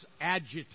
agitate